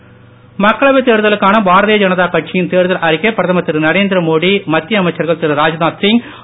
BJP அறிக்கை மக்களவை தேர்தலுக்கான பாரதீய ஜனதா கட்சியின் தேர்தல் அறிக்கை பிரதமர் திரு நரேந்திர மோடி மத்திய அமைச்சர்கள் திரு ராஜ்நாத் சிங் திரு